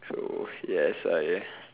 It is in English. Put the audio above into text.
so yes I